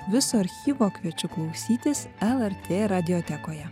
viso archyvo kviečiu klausytis lrt radijotekoje